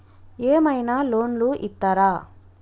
ఏమైనా లోన్లు ఇత్తరా?